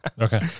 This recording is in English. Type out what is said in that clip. Okay